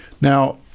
Now